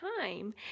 time